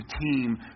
team